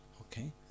Okay